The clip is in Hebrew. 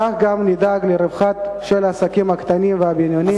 כך גם נדאג לרווחתם של העסקים הקטנים והבינוניים,